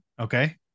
okay